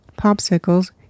popsicles